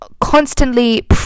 constantly